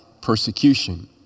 persecution